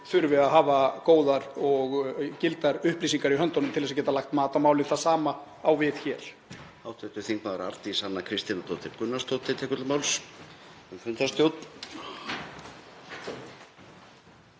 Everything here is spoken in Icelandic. þyrfti að hafa góðar og gildar upplýsingar í höndunum til að geta lagt mat á málið. Það sama á við hér.